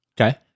Okay